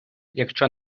якщо